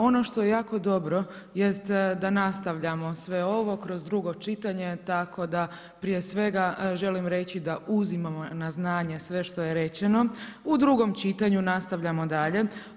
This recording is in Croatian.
Ono što je jako dobro jest da nastavljamo sve ovo kroz drugo čitanje, tako da prije svega želim reći da uzimamo na znanje sve što je rečeno, u drugom čitanju nastavljamo dalje.